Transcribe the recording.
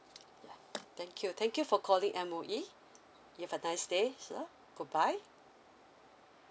ya thank you thank you for calling M_O_E you have a nice day sir goodbye